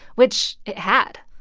which it had.